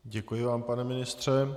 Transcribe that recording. Děkuji vám, pane ministře.